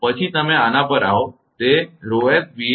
પછી તમે આના પર આવો તે 𝜌𝑠𝜌𝑟𝑣𝑓 હશે